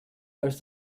als